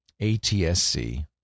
ATSC